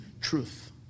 truth